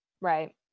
Right